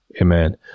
Amen